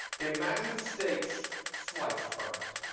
imagine steaks sliced from it.